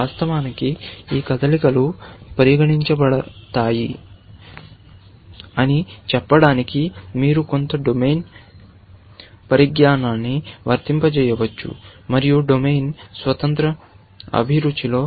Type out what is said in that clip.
వాస్తవానికి ఈ కదలికలు పరిగణించబడతాయని చెప్పడానికి మీరు కొంత డొమైన్ పరిజ్ఞానాన్ని వర్తింపజేయవచ్చు మరియు డొమైన్ స్వతంత్ర అభిరుచిలో